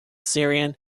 syrian